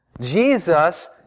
Jesus